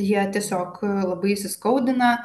jie tiesiog labai įsiskaudina